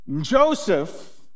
Joseph